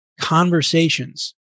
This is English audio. conversations